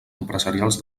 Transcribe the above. empresarials